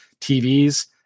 TVs